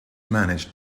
managed